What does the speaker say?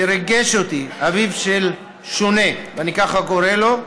שריגש אותי, אביו של שונה, אני ככה קורא לו: